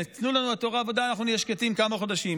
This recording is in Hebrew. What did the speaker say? תנו לנו היתרי עבודה ואנחנו נהיה שקטים כמה חודשים.